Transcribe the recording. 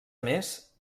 més